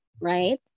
right